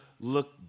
look